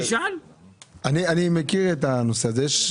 אני מכיר את הנושא הזה,